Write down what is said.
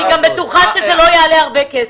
אני גם בטוחה שזה לא יעלה הרבה כסף.